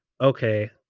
okay